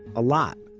a lot.